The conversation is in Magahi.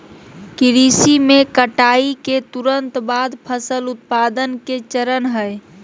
कृषि में कटाई के तुरंत बाद फसल उत्पादन के चरण हइ